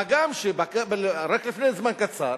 מה גם שרק לפני זמן קצר